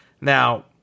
Now